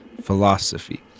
philosophy